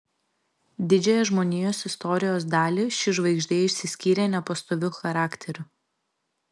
didžiąją žmonijos istorijos dalį ši žvaigždė išsiskyrė nepastoviu charakteriu